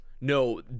No